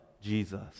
Jesus